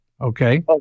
okay